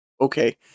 okay